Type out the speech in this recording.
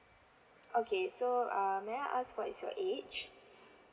okay so err may I ask what is your age